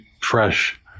fresh